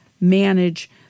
manage